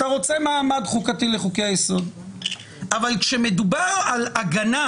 אתה רוצה מעמד חוקתי לחוקי היסוד אבל כאשר מדובר על הגנה